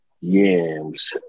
yams